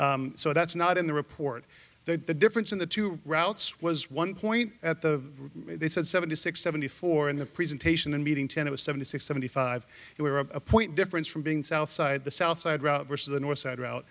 so that's not in the report that the difference in the two routes was one point at the they said seventy six seventy four in the presentation and meeting ten it was seventy six seventy five there were a point difference from being south side the south side route versus the north side route